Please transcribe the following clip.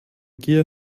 gier